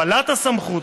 הפעלת הסמכות,